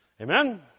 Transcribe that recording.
Amen